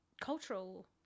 cultural